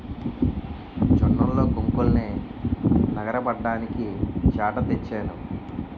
జొన్నల్లో కొంకుల్నె నగరబడ్డానికి చేట తెచ్చాను